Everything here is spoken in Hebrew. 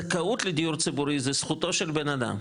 זכאות לדיור ציבורי זו זכותו של בן אדם.